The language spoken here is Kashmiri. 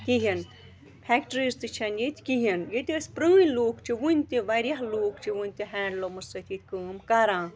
کِہیٖنۍ فٮ۪کٹرٛیٖز تہِ چھَنہٕ ییٚتہِ کِہیٖنۍ ییٚتہِ ٲسۍ پرٛٲنۍ لوٗکھ چھِ وٕنہِ تہِ واریاہ لُکھ چھِ وٕنہِ تہِ ہینٛڈلوٗمَس سۭتۍ ییٚتہِ کٲم کَران